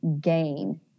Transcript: gain